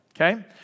Okay